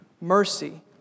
mercy